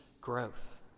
growth